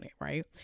right